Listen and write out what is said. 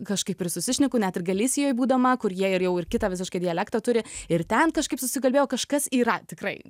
kažkaip ir susišneku net ir galisijoj būdama kur jie ir jau ir kitą visiškai dialektą turi ir ten kažkaip susikalbėjau kažkas yra tikrai